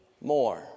more